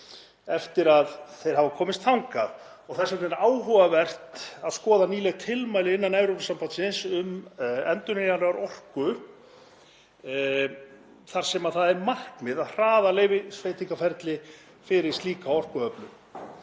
eftir að þeir hafa komist þangað. Þess vegna er áhugavert að skoða nýleg tilmæli innan Evrópusambandsins um endurnýjanlega orku þar sem það er markmið að hraða leyfisveitingaferli fyrir slíka orkuöflun